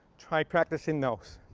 try practicing those,